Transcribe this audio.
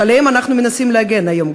שעליהם אנחנו מנסים להגן היום,